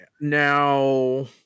Now